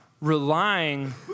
relying